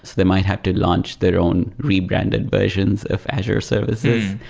they might have to launch their own rebranded versions of azure services,